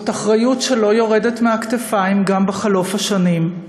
זאת אחריות שלא יורדת מהכתפיים גם בחלוף השנים.